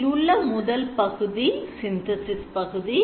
இதில் உள்ள முதல் பகுதி synthesis பகுதி